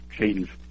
change